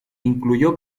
incluyó